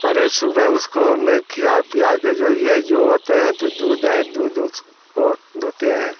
अरे सुबह उसको मैं खिला पिला के जो यह जो होते हैं तो दूध है दूध उसको दूदते हैं